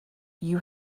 you